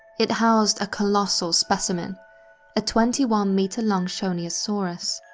it housed a colossal specimen a twenty one metre long shonisaurus.